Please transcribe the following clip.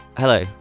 Hello